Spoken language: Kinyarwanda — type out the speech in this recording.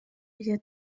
rya